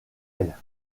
elle